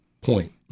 Point